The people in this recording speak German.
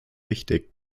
wichtig